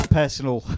personal